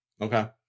Okay